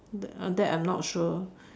that uh that I'm not sure